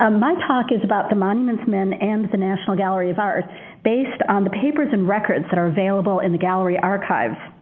um my talk is about the monuments men and the national gallery of art based on the papers and records that are available in the gallery archives.